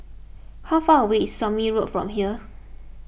how far away is Somme Road from here